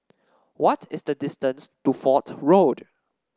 what is the distance to Fort Road